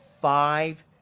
five